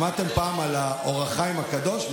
שמעתם פעם על האור החיים הקדוש?